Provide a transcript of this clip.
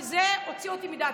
כי זה הוציא אותי מדעתי.